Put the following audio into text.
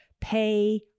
Pay